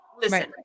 Listen